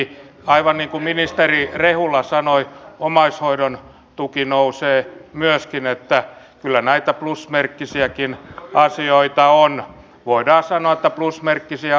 aivan niin kuin ministeri rehula sanoi omaishoidon tuki nousee myöskin niin että kyllä näitä plusmerkkisiäkin asioita on voidaan sanoa että plusmerkkisiä asioita on